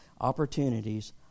opportunities